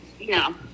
No